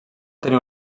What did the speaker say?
tenir